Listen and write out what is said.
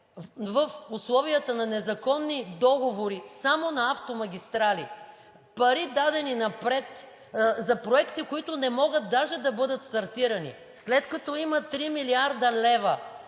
в условията на незаконни договори само на „Автомагистрали“ – пари, дадени напред за проекти, които не могат даже да бъдат стартирани. След като има 3 млрд. лв.